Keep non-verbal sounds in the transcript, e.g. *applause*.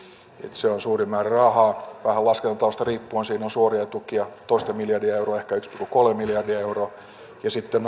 se on suuri määrä rahaa vähän laskentatavasta riippuen siinä on suoria tukia toista miljardia euroa ehkä yksi pilkku kolme miljardia euroa ja sitten *unintelligible*